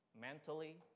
mentally